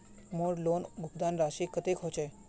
मोर लोन भुगतान राशि कतेक होचए?